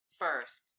First